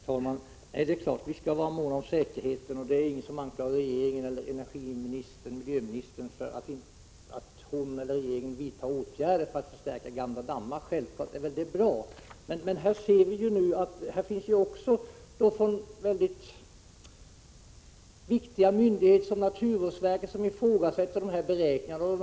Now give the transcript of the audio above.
Herr talman! Det är klart att vi skall vara måna om säkerheten. Det är ingen som anklagar regeringen eller energioch miljöministern för att hon eller regeringen vidtar åtgärder för att förstärka gamla dammar. Det är självfallet bra. Men vi ser också att viktiga myndigheter som naturvårdsverket ifrågasätter beräkningarna.